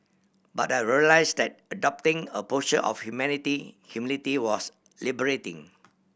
but I realise that adopting a posture of humanity humility was liberating